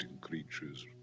creatures